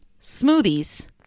smoothies